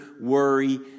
worry